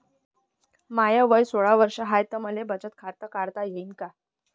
माय वय सोळा वर्ष हाय त मले बचत खात काढता येईन का?